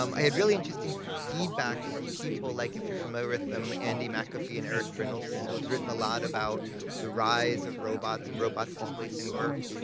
um i had really interesting feedback from people, like if you're familiar with them, andy mcafee and erik brynjolfsson, who has written about the rise of robots, and robots displacing work.